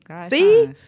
see